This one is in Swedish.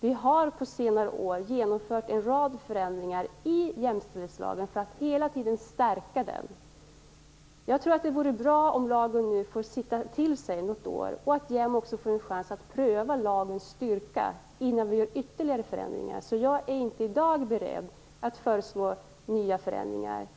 Vi har på senare år genomfört en rad förändringar i jämställdhetslagen för att hela tiden stärka den. Jag tror att det vore bra om lagen nu får sitta till sig något år och att JämO får en chans att pröva lagens styrka innan vi gör ytterligare förändringar. Jag är inte i dag beredd att föreslå nya förändringar.